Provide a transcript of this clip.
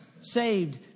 Saved